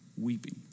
weeping